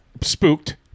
spooked